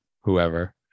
whoever